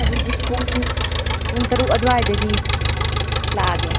ꯑꯗꯨꯗꯤ ꯄꯨꯡ ꯄꯨꯡ ꯇꯔꯨꯛ ꯑꯗꯨꯋꯥꯏꯗꯒꯤ ꯂꯥꯛꯑꯒꯦ